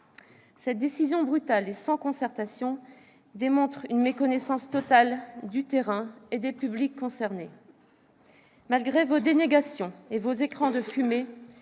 Cette décision brutale et sans concertation démontre une méconnaissance totale du terrain et des publics concernés. En dépit de vos dénégations et de vos écrans de fumée,